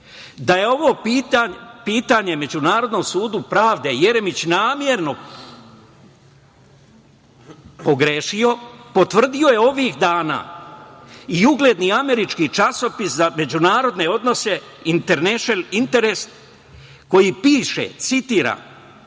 da je ovo pitanje Međunarodnom sudu pravde Jeremić namerno pogrešio, potvrdio je ovih dana i ugledni američki časopis a međunarodne odnose „Internešnl interes“, koji piše, citiram: